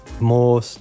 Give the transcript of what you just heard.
more